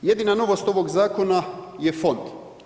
Jedina novost ovog zakona je fond.